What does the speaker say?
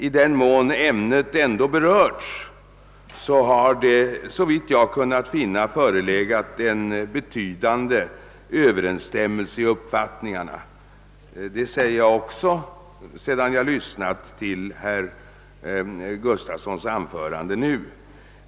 I den mån ämnet berörts har det såvitt jag kunnat finna förelegat betydande överensstämmelse i uppfattningarna. Detta vidhåller jag också sedan jag lyssnat till herr Gustafsons anförande.